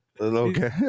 Okay